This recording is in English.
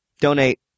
Donate